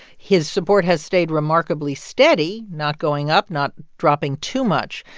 his support has stayed remarkably steady not going up, not dropping too much.